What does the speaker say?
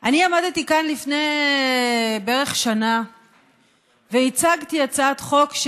עמדתי כאן בערך לפני שנה והצגתי הצעת חוק,